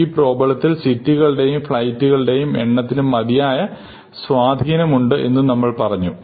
ഈ പ്രോബ്ലത്തിൽ സിറ്റികളുടെയും ഫ്ലൈറ്റ്കളുടെയും എണ്ണത്തിന് മതിയായ സ്വാധീനമുണ്ട് എന്നും നമ്മൾ പറഞ്ഞു